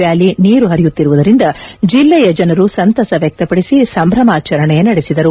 valley ನೀರು ಹರಿಯುತ್ತಿರುವುದರಿಂದ ಜಿಲ್ಲೆಯ ಜನರು ಸಂತಸ ವ್ಯಕ್ತಪಡಿಸಿ ಸಂಭ್ರಮಾಚರಣೆ ನಡೆಸಿದರು